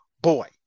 boy